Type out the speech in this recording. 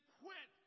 quit